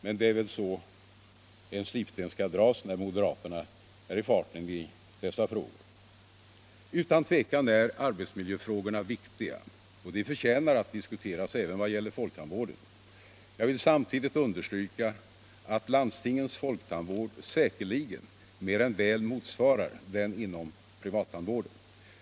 men det är väl så en slipsten skall dras. när moderaterna är i farten i dessa frågor. Utan tvivel är arbetsmiljöfrågorna viktiga, och de förtjänar att diskuteras även i vad egäller folktandvården. Jag vill samtidigt understryka att arbetsmiljön inom landstingens folktandvård mer än väl motsvarar den inom privattandvården.